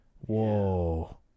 Whoa